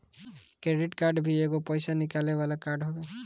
credit card भी एगो पईसा निकाले वाला कार्ड हवे